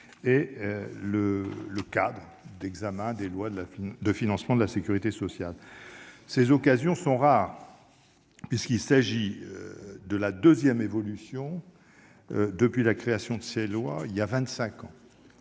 et le cadre d'examen des lois de financement de la sécurité sociale. Ces occasions sont rares, puisqu'il s'agit simplement de la deuxième évolution depuis la création de ces lois, voilà